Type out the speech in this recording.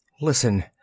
Listen